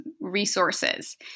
resources